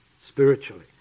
spiritually